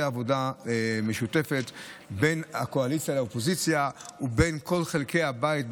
עבודה משותפת בין הקואליציה לאופוזיציה ובין כל חלקי הבית,